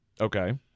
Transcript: Okay